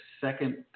second